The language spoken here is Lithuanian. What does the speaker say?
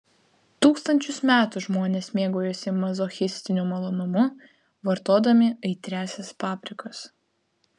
tūkstančius metų žmonės mėgaujasi mazochistiniu malonumu vartodami aitriąsias paprikas